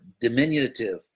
diminutive